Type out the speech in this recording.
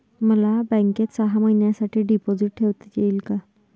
मला बँकेत सहा महिन्यांसाठी डिपॉझिट ठेवता येईल का?